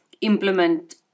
implement